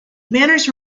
manners